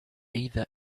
either